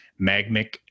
Magmic